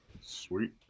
Sweet